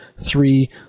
three